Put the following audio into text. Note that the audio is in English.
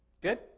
Good